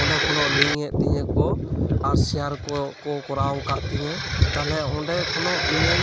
ᱚᱸᱰᱮ ᱠᱷᱚᱱᱟᱜ ᱞᱤᱝᱠ ᱮᱜ ᱛᱤᱧᱟᱹᱠᱚ ᱟᱨ ᱥᱮᱭᱟᱨ ᱠᱚ ᱠᱚᱨᱟᱣ ᱠᱟᱜ ᱛᱤᱧᱟᱹ ᱛᱟᱦᱞᱮ ᱚᱸᱰᱮ ᱠᱷᱚᱱᱦᱚᱸ ᱤᱧᱟᱹᱝ